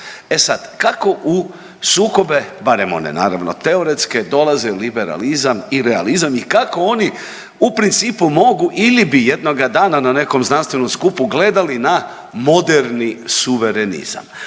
E sad kako u sukobe, barem one naravno teoretske dolazi liberalizam i realizam i kako oni u principu mogu ili bi jednoga dana na nekom znanstvenom skupu gledali na moderni suverenizam.